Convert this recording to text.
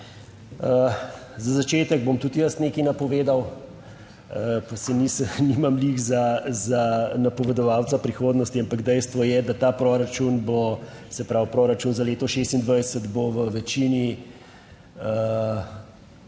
Za začetek bom tudi jaz nekaj napovedal, pa se nimam glih za napovedovalca prihodnosti ampak dejstvo je, da ta proračun bo, se pravi proračun za leto 2026 bo v večini